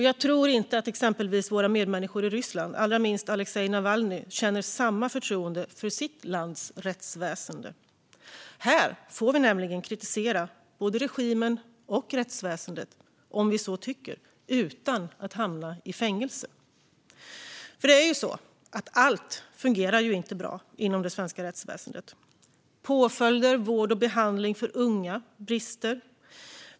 Jag tror inte att exempelvis våra medmänniskor i Ryssland, allra minst Aleksej Navalnyj, känner samma förtroende för sitt lands rättsväsen. Här får vi nämligen kritisera både regimen och rättsväsendet, om vi så vill, utan att hamna i fängelse. Det är ju så att inte allt fungerar bra inom det svenska rättsväsendet. Påföljder, vård och behandling för unga brister.